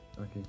Okay